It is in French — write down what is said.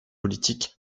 politiques